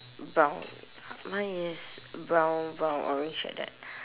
brown mine is brown brown orange like that